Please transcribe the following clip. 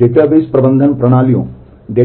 database प्रबंधन प्रणालियों के